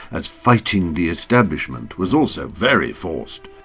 as fighting the establishment, was also very forced.